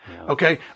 Okay